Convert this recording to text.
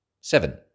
seven